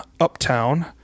Uptown